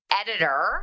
editor